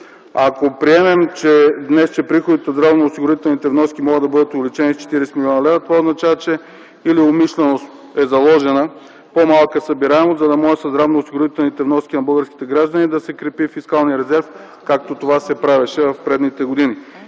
Ако приемем, че днес приходите от здравноосигурителни вноски могат да бъдат увеличени с 40 млн. лв., това означава, че или умишлено е заложена по малка събираемост, за да може със здравноосигурителни вноски на българските граждани да се крепи фискалният резерв, както това се правеше в предишните години,